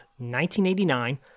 1989